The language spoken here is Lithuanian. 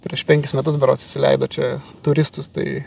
prieš penkis metus berods įsileido čia turistus tai